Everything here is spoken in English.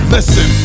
Listen